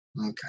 Okay